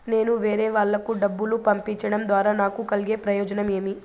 నేను వేరేవాళ్లకు డబ్బులు పంపించడం ద్వారా నాకు కలిగే ప్రయోజనం ఏమి?